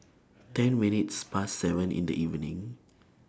ten minutes Past seven in The evening